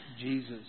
Jesus